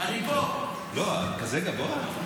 כזה גבוה?